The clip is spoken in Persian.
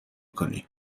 کنی